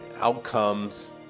outcomes